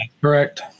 Correct